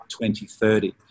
2030